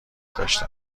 داشتم